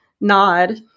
nod